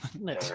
No